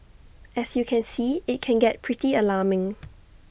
as you can see IT can get pretty alarming